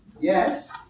Yes